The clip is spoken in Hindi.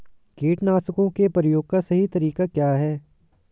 कीटनाशकों के प्रयोग का सही तरीका क्या है?